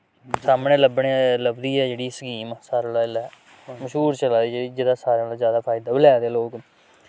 सामनै लब्भने लब्भी ऐ जेह्ड़ी स्कीम सारें कोला इसलै मश्हूर चला दी जेह्ड़ी जेह्दा सारे कोला जैदा फायदा बी लै दे लोक